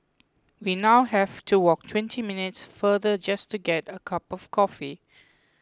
we now have to walk twenty minutes farther just to get a cup of coffee